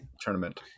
tournament